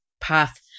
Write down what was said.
path